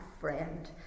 friend